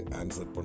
answer